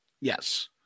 Yes